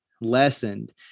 lessened